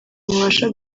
mubasha